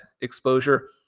exposure